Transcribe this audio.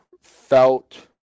felt